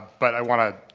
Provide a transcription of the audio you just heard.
but i want to